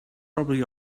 probably